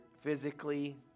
physically